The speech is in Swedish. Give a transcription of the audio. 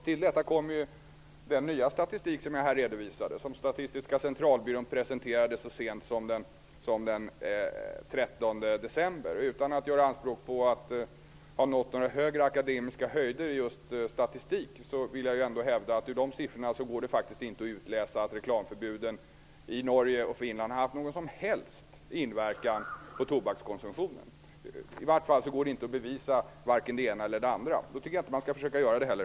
Till detta kommer den nya statistik som Statistiska centralbyrån presenterade så sent som den 13 Utan att göra anspråk på att ha nått några högre akademiska höjder just i statistik vill jag ändå hävda att ur de siffrorna går det faktiskt inte att utläsa att reklamförbuden i Norge och Finland haft någon som helst inverkan på tobakskonsumtionen. I vart fall går det inte att bevisa vare sig det ena eller det andra. Då tycker jag inte att man skall försöka göra det heller.